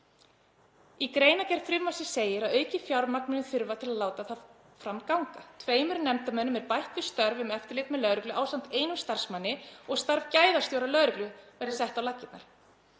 Í greinargerð frumvarpsins segir að aukið fjármagn muni þurfa til að láta það fram ganga. Tveimur nefndarmönnum verði bætt við nefnd um eftirlit með lögreglu ásamt einum starfsmanni og starf gæðastjóra lögreglu verði sett á laggirnar.